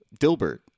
Dilbert